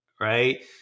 Right